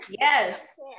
Yes